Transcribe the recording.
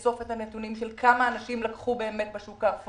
האם יש לנו אפשרות לאסוף את הנתונים לגבי כמה אנשים לקחו בשוק האפור,